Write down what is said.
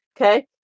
Okay